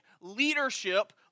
leadership